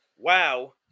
wow